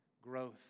growth